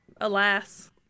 Alas